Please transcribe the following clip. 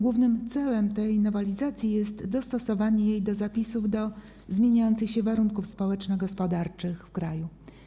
Głównym celem tej nowelizacji jest dostosowanie jej przepisów do zmieniających się warunków społeczno-gospodarczych w kraju.